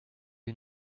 you